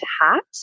hat